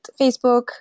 Facebook